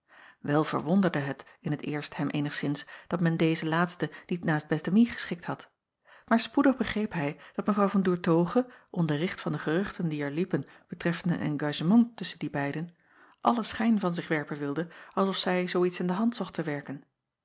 el verwonderde het in t eerst hem eenigszins dat men dezen laatste niet naast ettemie geschikt had maar spoedig begreep hij dat w an oertoghe onderricht van de geruchten die er liepen betreffende een engagement tusschen die beiden allen schijn van zich werpen wilde als of zij zoo iets in de hand zocht te werken